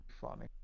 Funny